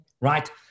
right